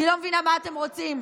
אני לא מבינה מה אתם רוצים,